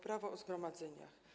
Prawo o zgromadzeniach.